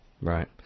right